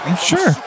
Sure